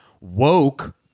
woke